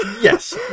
Yes